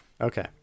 Okay